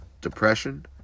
depression